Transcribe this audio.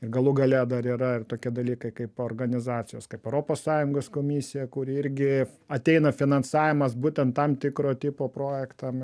galų gale dar yra ir tokie dalykai kaip organizacijos kaip europos sąjungos komisija kuri irgi ateina finansavimas būtent tam tikro tipo projektam